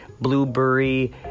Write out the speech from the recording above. Blueberry